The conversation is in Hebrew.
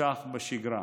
ש"ח בשגרה,